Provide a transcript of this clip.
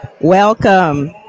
Welcome